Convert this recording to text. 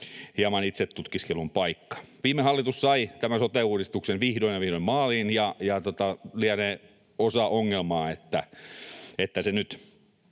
hieman itsetutkiskelun paikka. Viime hallitus sai tämän sote-uudistuksen vihdoin ja viimein maaliin, ja lienee osa ongelmaa, että se nyt